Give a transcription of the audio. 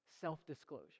Self-disclosure